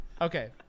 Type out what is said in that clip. Okay